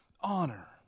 honor